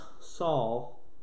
Saul